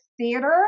theater